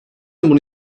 bunu